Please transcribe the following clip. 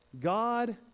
God